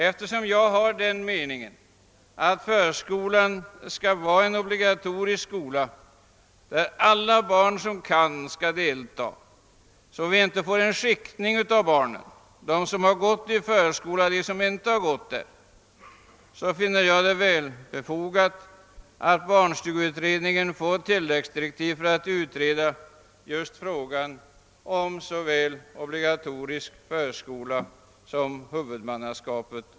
Eftersom jag har den uppfattningen att förskolan skall vara en obligatorisk skola där alla barn som kan skall delta — så att vi inte får en uppdelning av barnen mellan sådana som gått i förskola och sådana som inte gjort det — finner jag det befogat att barnstugeutredningen får tilläggsdirektiv att utreda såväl frågan om obligatorisk förskola som spörsmålet om huvudmannaskapet.